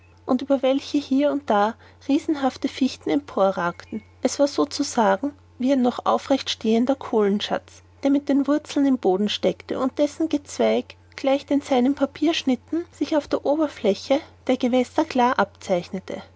und über welche hier und da riesenhafte fichten emporragten es war so zu sagen ein noch aufrecht stehender kohlenschatz der mit den wurzeln im boden steckte und dessen gezweig gleich den seinen papierausschnitten sich auf der oberfläche der gewässer klar abzeichnete